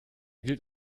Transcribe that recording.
gilt